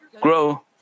grow